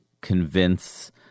convince